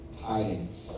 tidings